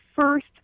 first